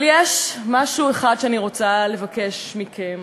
אבל יש משהו אחד שאני רוצה לבקש מכם.